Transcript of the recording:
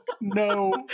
no